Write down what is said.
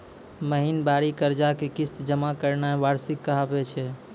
महिनबारी कर्जा के किस्त जमा करनाय वार्षिकी कहाबै छै